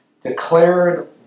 Declared